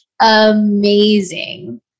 amazing